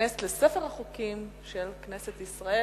ותיכנס לספר החוקים של מדינת ישראל.